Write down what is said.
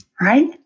right